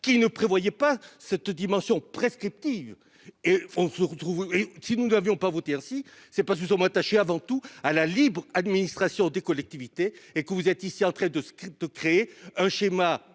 qui ne prévoyait pas cette dimension prescriptives. Et on se retrouve si nous n'avions pas vous dire si c'est pas si nous sommes attachés avant tout à la libre administration des collectivités et que vous êtes ici. Retrait de scripts, créer un schéma